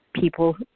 people